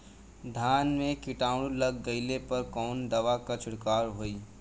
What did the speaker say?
धान में कीटाणु लग गईले पर कवने दवा क छिड़काव होई?